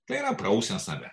tai yra prausia save